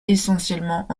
essentiellement